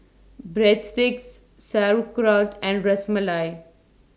Breadsticks Sauerkraut and Ras Malai